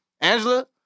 Angela